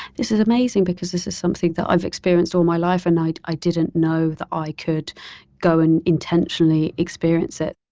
this is amazing, because this is something that i've experienced all my life and i didn't know that i could go and intentionally experience it.